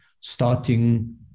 starting